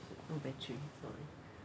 no battery sorry